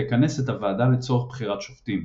תכנס את הוועדה לצורך בחירת שופטים.